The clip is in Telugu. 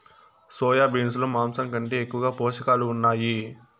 సోయా బీన్స్ లో మాంసం కంటే ఎక్కువగా పోషకాలు ఉన్నాయి